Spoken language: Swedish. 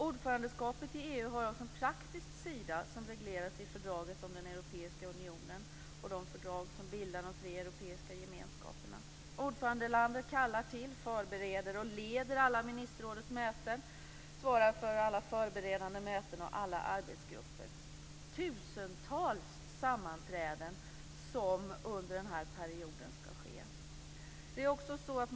Ordförandeskapet i EU har också en praktisk sida som regleras i fördraget om den europeiska unionen och de fördrag som bildar de tre europeiska gemenskaperna. Ordförandelandet kallar till, förbereder och leder alla ministerrådets möten och svarar för alla förberedande möten, alla arbetsgrupper och alla tusentals sammanträden som skall ske under denna period.